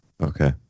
Okay